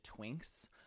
twinks